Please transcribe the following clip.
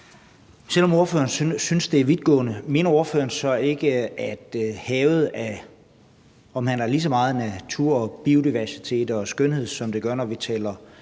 Selv om ordføreren synes, det er vidtgående, mener ordføreren så ikke, at når det gælder havet, handler det lige så meget om natur og biodiversitet og skønhed, som det gør, når vi taler